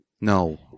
No